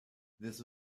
this